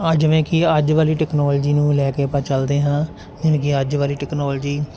ਆ ਜਿਵੇਂ ਕਿ ਅੱਜ ਵਾਲੀ ਟੈਕਨੋਲੋਜੀ ਨੂੰ ਲੈ ਕੇ ਆਪਾਂ ਚੱਲਦੇ ਹਾਂ ਜਿਵੇਂ ਕਿ ਅੱਜ ਵਾਲੀ ਟੈਕਨੋਲਜੀ